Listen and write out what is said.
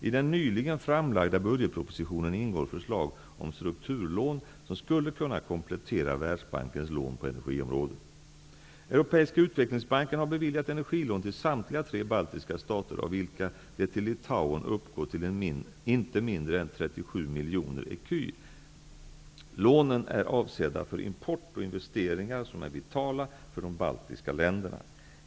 I den nyligen framlagda budgetpropositionen ingår förslag om strukturlån som skulle kunna komplettera Världsbankens lån på energiområdet. Europeiska utvecklingsbanken har beviljat energilån till samtliga tre baltiska stater av vilka det till Litauen uppgår till inte mindre än 37 miljoner ecu . Lånen är avsedda för import och investeringar som är vitala för de baltiska länderna.